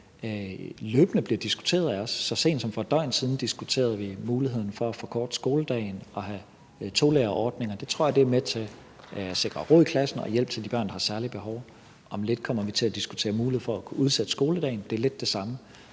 løbende bliver diskuteret af os. Så sent som for et døgn siden diskuterede vi muligheden for at forkorte skoledagen og have tolærerordninger. Det tror jeg er med til at sikre ro i klassen og hjælp til de børn, der har særlige behov. Om lidt kommer vi til at diskutere mulighed for at kunne udsætte skoledagen. Det er lidt det samme.